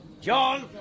John